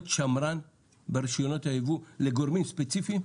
מאוד שמרן ברישיונות הייבוא לגורמים ספציפיים,